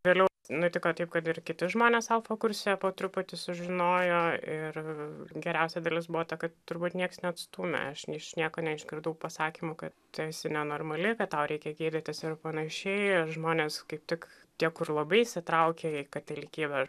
vėliau nutiko taip kad ir kiti žmonės alfa kurse po truputį sužinojo ir geriausia dalis buvo ta kad turbūt nieks neatstūmė aš iš nieko neišgirdau pasakymų kad tu esi nenormali kad tau reikia gydytis ir panašiai žmonės kaip tik tie kur labai įsitraukę į katalikybę